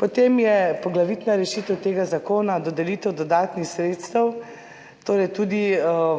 Potem je poglavitna rešitev tega zakona dodelitev dodatnih sredstev, torej tudi